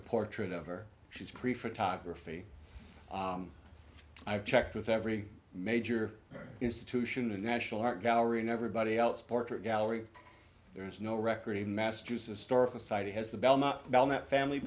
a portrait ever she's create photography i've checked with every major institution a national art gallery and everybody else portrait gallery there is no record in massachusetts storage facility has the bell not bell that family